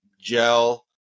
gel